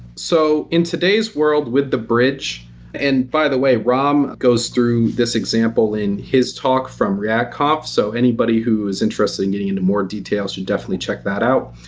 so in today's world with the bridge and by the way rom goes through this example in his talk from react conf, so anybody who is interested in getting into more details should definitely check that out.